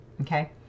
Okay